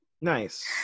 Nice